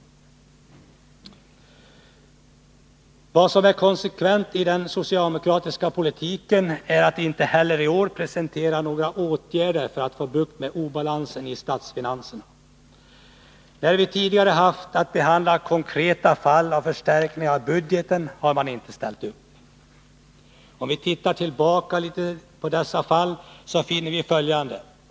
Vad som är konsekvent i den socialdemokratiska politiken är att det inte heller i år presenteras några åtgärder för att få bukt med obalansen i statsfinanserna. När vi tidigare haft att behandla konkreta fall som gällt förstärkningar av budgeten, har man inte ställt upp. Om vi går tillbaka och ser på dessa fall, finner vi följande.